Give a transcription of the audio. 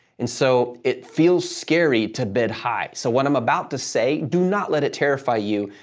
and so, it feels scary to bid high. so, what i'm about to say, do not let it terrify you.